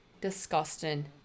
disgusting